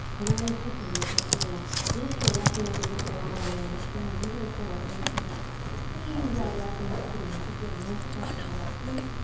interlace the fingertips. you're gonna lift your left knee up as if it were on a marionette string. use your core and we're just gonna squeeze that left knee up and in. you should feel nice stretch in the left glute.